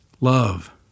love